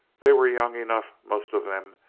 they were young enough, most of them,